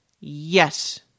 Yes